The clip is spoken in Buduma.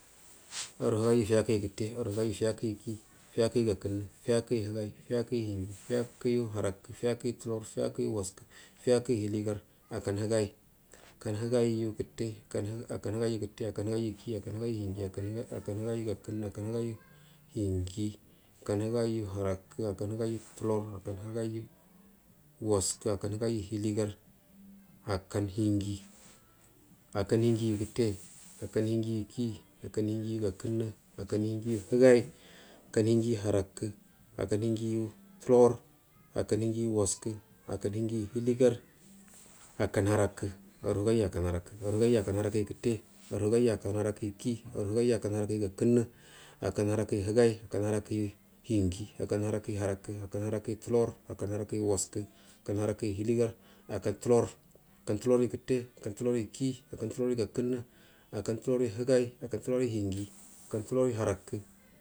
Hru higaiyu fiyakəyu gutte aru higaiyu figakyu kii aru higaiyu fiyakyu gakənnə fiyakəyu higai fiyakiyu hinji fiyakəyu harakə fiyakəyu tulor fiyakəyu waskə fiyakərya hiligar akkan higai akan higaigu gutte akkan higaiyu kii akkan higaiyu gakənnə akkan higaiyu higai akau higaigu hingi akan higaigu harakə akan higaiju tulor akan higaiyo waskə akkan higai hilgar akan hinji akan hinjiyu gətta akkan hinjigu kii akan hinjigu gakunnə akan hinjiyu higai akan hinjiya hinji akan hinjigu harakə akon hinjiyu tutor akan hirgiyu waskə akan hinjiyu hiligar akan harakə aru higaiyu akaharam aru higaiyu akah harakəyu gutte aru higaiyu akkan harakəyu kii aru higaiyu akan harakəyu gakənnə akan harrakyu higai akan harakəyu hinji akan harakyu hanakə akan harakəyu tutor akan harorkyu waskə akan harakəyu hiligar akay tulor akan tuloryu gətte akan tuloryu kii akaa tuloryu gaskənnə akan tubiyu hingai akan tuloryu hinji akan tuloryu harakə.